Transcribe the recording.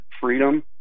Freedom